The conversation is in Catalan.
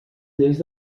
lleis